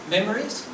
Memories